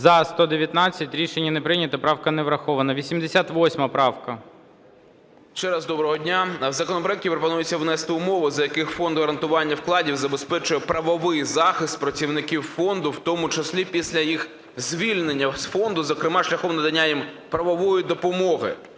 За-119 Рішення не прийнято. Правка не врахована. 88 правка. 11:30:25 ДУБІНСЬКИЙ О.А. Ще раз доброго дня. В законопроекті пропонується внести умови, за яких Фонд гарантування вкладів забезпечує правовий захист працівників фонду, в тому числі після їх звільнення з фонду, зокрема шляхом надання їм правової допомоги.